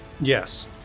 Yes